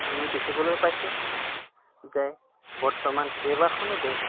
আমি দেখিবলৈ পাইছোঁ যে বৰ্তমান কেইবাখনো দেশ